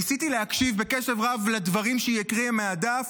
ניסיתי להקשיב בקשב רב לדברים שהיא הקריאה מהדף.